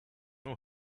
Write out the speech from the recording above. know